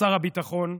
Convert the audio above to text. שר הביטחון,